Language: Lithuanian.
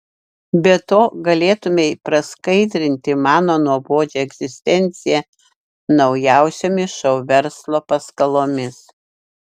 be to galėtumei praskaidrinti mano nuobodžią egzistenciją naujausiomis šou verslo paskalomis